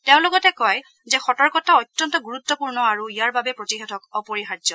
তেওঁ লগতে কয় যে সতৰ্কতা অত্যন্ত গুৰুত্বপূৰ্ণ আৰু ইয়াৰ বাবে প্ৰতিষেধক অপৰিহাৰ্য্য